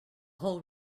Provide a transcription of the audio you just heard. whole